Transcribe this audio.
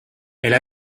elle